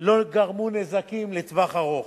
לא גרמו נזקים לטווח ארוך.